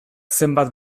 zenbat